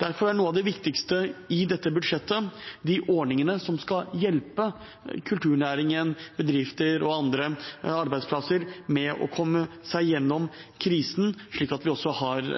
Derfor er noe av det viktigste i dette budsjettet de ordningene som skal hjelpe kulturnæringen, bedrifter og andre arbeidsplasser med å komme seg gjennom krisen slik at vi også har